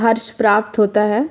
हर्ष प्राप्त होता है